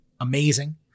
amazing